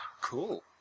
Cool